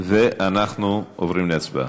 אנחנו עוברים להצבעה.